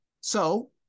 So-